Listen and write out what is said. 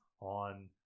on